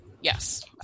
Yes